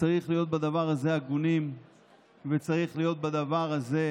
צריך להיות הגונים בדבר הזה וצריך להיות ריאליים בדבר הזה,